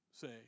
say